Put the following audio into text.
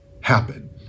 happen